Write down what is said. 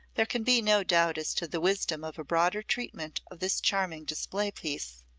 there can be no doubt as to the wisdom of a broader treatment of this charming display piece.